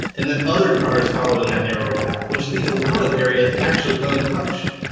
and then, other cars follow in that narrower path, which leaves a lot of area, actually, untouched.